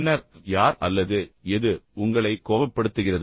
பின்னர் யார் அல்லது எது உங்களை கோபப்படுத்துகிறது